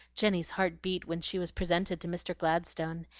jenny's heart beat when she was presented to mr. gladstone,